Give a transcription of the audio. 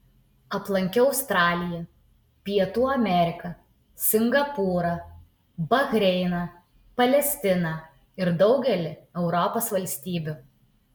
aplankiau australiją pietų ameriką singapūrą bahreiną palestiną ir daugelį europos valstybių